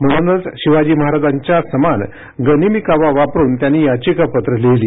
म्हणूनच शिवाजी महाराजांच्या समान गनिमी कावा वापरुन त्यांनी याचिका पत्रे लिहिली